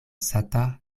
sata